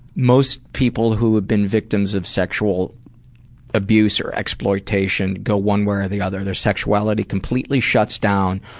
most people who have been victims of sexual abuse or exploitation go one way or the other. their sexuality completely shuts down,